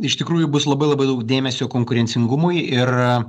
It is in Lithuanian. iš tikrųjų bus labai labai daug dėmesio konkurencingumui ir